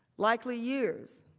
likely, years.